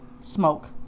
smoke